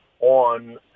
on